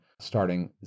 starting